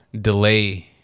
delay